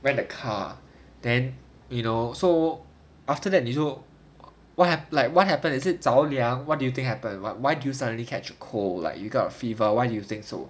rent the car then you know so after that 你就 what hap like what happened is it 着凉 what do you think happen what why you suddenly catch a cold like you got a fever why do you think so